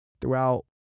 throughout